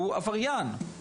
הוא עבריין.